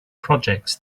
projects